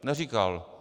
Neříkal.